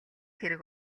хэрэг